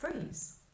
freeze